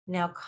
Now